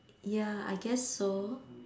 ya I guess so